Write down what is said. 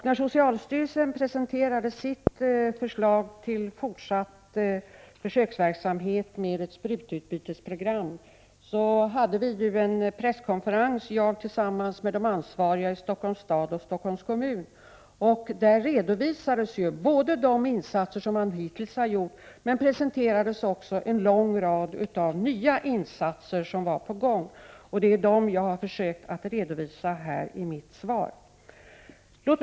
När socialstyrelsen presenterade sitt förslag till en fortsatt försöksverksamhet med ett sprututbytesprogram hade jag tillsammans med de ansvariga i Stockholms stad och Stockholms kommun en presskonferens. Där redovisades de insatser som hittills hade gjorts men även en lång rad nya insatser som var på gång, och det är dessa som jag har försökt redovisa i mitt svar.